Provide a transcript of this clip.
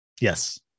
Yes